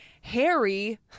harry